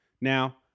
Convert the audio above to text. Now